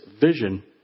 vision